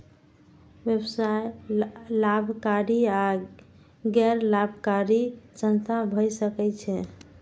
व्यवसाय लाभकारी आ गैर लाभकारी संस्था भए सकै छै